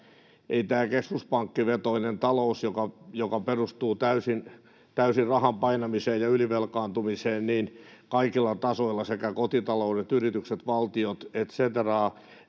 tässä keskuspankkivetoisessa taloudessa, joka perustuu täysin rahan painamiseen ja ylivelkaantumiseen kaikilla tasoilla — kotitaloudet, yritykset, valtiot et cetera